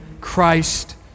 Christ